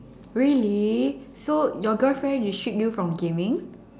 really so your girlfriend restrict you from gaming